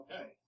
okay